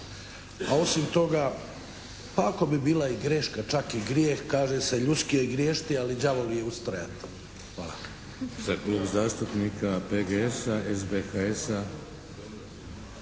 A osim toga, pa ako bi bila i greška, čak i grijeh kaže se ljudski je griješiti, ali đavolji je ustrajati. Hvala.